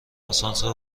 آسانسور